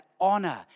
honor